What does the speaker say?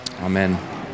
Amen